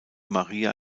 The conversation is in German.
maria